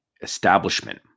establishment